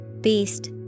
Beast